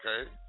okay